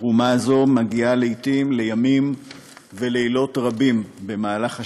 התרומה הזאת מגיעה לעתים לימים ולילות רבים במהלך השנה,